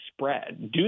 spread